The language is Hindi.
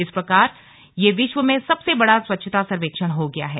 इस प्रकार यह विश्व में सबसे बड़ा स्वच्छता सर्वेक्षण हो गया है